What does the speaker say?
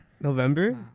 November